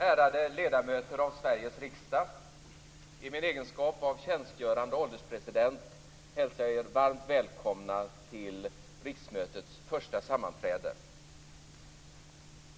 Ärade ledamöter av Sveriges riksdag! I min egenskap av tjänstgörande ålderspresident hälsar jag er varmt välkomna till riksmötets första sammanträde.